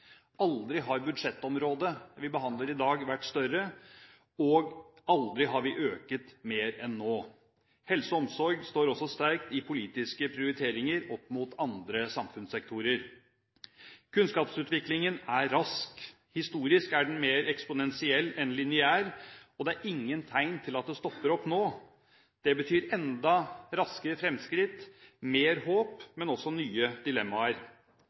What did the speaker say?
Aldri har budsjettområdet vi behandler i dag, vært større, og aldri har vi økt mer enn nå. Helse og omsorg står også sterkt i politiske prioriteringer opp mot andre samfunnssektorer. Kunnskapsutviklingen er rask. Historisk er den mer eksponentiell enn lineær, og det er ingen tegn til at det stopper opp nå. Det betyr enda raskere fremskritt og mer håp, men også nye dilemmaer.